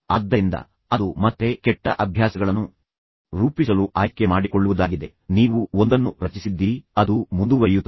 ಆದ್ದರಿಂದ ಅದು ಮತ್ತೆ ಕೆಟ್ಟ ಅಭ್ಯಾಸಗಳನ್ನು ರೂಪಿಸಲು ಆಯ್ಕೆ ಮಾಡಿಕೊಳ್ಳುವುದಾಗಿದೆ ನೀವು ಒಂದನ್ನು ರಚಿಸಿದ್ದೀರಿ ಅದು ಮುಂದುವರಿಯುತ್ತದೆ